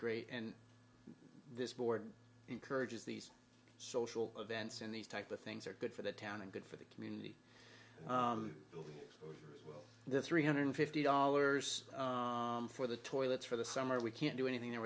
great and this board encourages these social events and these type of things are good for the town and good for the community well the three hundred fifty dollars for the toilets for the summer we can't do anything there